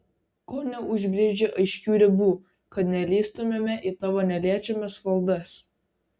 ko neužbrėži aiškių ribų kad nelįstumėme į tavo neliečiamas valdas